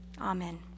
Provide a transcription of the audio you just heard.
Amen